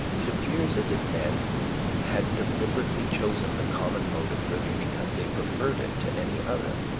it appears as if men had deliberately chosen the common mode of living because they preferred it to any other.